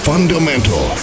Fundamental